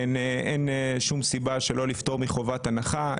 אין שום סיבה שלא לפטור מחובת הנחה.